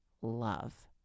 love